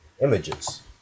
images